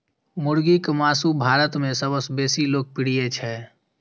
मुर्गीक मासु भारत मे सबसं बेसी लोकप्रिय छै